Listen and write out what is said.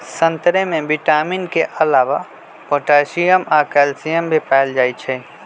संतरे में विटामिन के अलावे पोटासियम आ कैल्सियम भी पाएल जाई छई